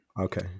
okay